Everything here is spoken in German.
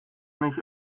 nicht